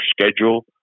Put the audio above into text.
schedule